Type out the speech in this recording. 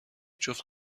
جفت